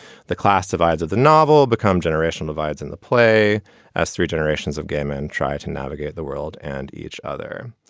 the class divides of the novel become generational divides in the play as three generations of gay men try to navigate the world and each other.